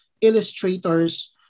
illustrators